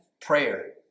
prayer